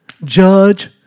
Judge